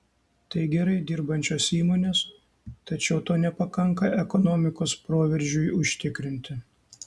tai gerai dirbančios įmonės tačiau to nepakanka ekonomikos proveržiui užtikrinti